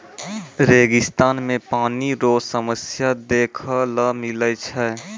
रेगिस्तान मे पानी रो समस्या देखै ले मिलै छै